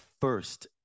first